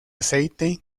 aceite